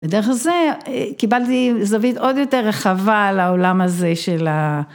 ודרך זה קיבלתי זווית עוד יותר רחבה על העולם הזה של ה...